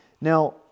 Now